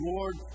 Lord